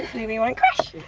hopefully we won't crash!